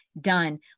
done